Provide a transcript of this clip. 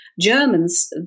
Germans